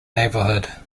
neighborhood